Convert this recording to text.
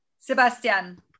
Sebastian